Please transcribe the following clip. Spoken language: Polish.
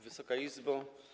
Wysoka Izbo!